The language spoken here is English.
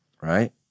right